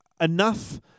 enough